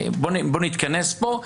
בוא נתכנס פה.